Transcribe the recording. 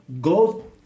Go